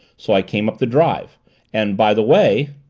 so i came up the drive and, by the way!